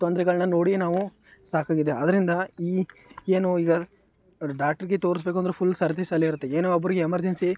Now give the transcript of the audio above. ತೊಂದರೆಗಳ್ನ ನೋಡಿ ನಾವು ಸಾಕಾಗಿದೆ ಆದ್ದರಿಂದ ಈ ಏನು ಈಗ ಅವರು ಡಾಕ್ಟ್ರಿಗೆ ತೋರಿಸಬೇಕು ಅಂದರೆ ಫುಲ್ ಸರತಿ ಸಾಲೇ ಇರುತ್ತೆ ಏನೋ ಒಬ್ಬರಿಗೆ ಎಮರ್ಜೆನ್ಸಿ